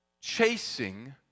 chasing